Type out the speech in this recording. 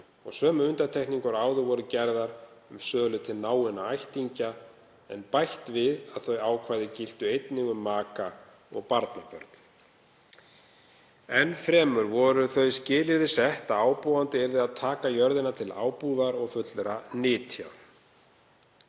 og sömu undantekningar og áður voru gerðar um sölu til náinna ættingja en bætt við að þau ákvæði giltu einnig um maka og barnabörn. Enn fremur voru þau skilyrði sett að ábúandi yrði að taka jörðina til ábúðar og fullra nytja.